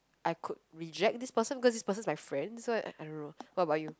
I could reject this person because this person is my friend so I don't know what about you